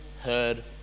heard